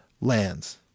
lands